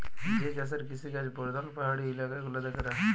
যে চাষের কিসিকাজ পরধাল পাহাড়ি ইলাকা গুলাতে ক্যরা হ্যয়